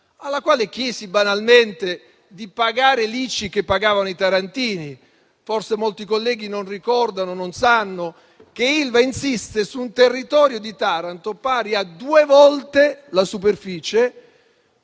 alla quale chiesi banalmente di pagare l'ICI che pagavano i tarantini. Forse molti colleghi non ricordano o non sanno che Ilva insiste su un territorio di Taranto pari a due volte la superficie